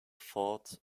fought